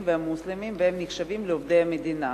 והמוסלמים והם נחשבים לעובדי מדינה.